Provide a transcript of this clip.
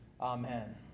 Amen